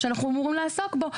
שאנחנו אמורים לעסוק בו.